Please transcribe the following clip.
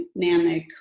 dynamic